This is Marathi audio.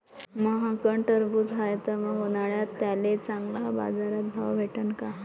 माह्याकडं टरबूज हाये त मंग उन्हाळ्यात त्याले चांगला बाजार भाव भेटन का?